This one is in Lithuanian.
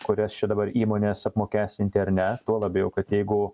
kurias čia dabar įmones apmokestinti ar ne tuo labiau kad jeigu